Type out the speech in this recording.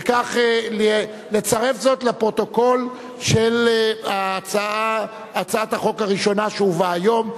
וכך לצרף זאת לפרוטוקול של הצעת החוק הראשונה שהובאה היום,